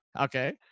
Okay